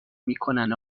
میکنن